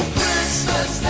Christmas